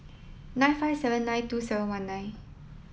nine five seven nine two seven one nine